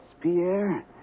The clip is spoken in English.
Pierre